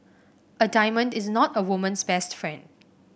a diamond is not a woman's best friend